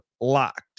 locked